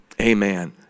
amen